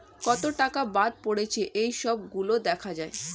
কত টাকা বাদ পড়েছে এই সব গুলো দেখা যায়